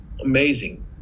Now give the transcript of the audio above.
Amazing